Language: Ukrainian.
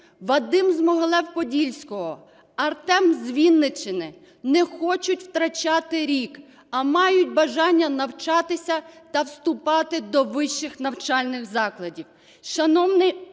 Вадим з Могилів-Подільського, Артем з Вінниччини не хочуть втрачати рік, а мають бажання навчатися та вступати до вищих навчальних закладів.